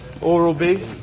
Oral-B